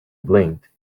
blinked